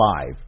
five